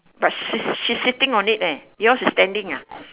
but she's she's sitting on it eh yours is standing ah